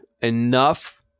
enough